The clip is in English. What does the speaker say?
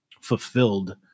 fulfilled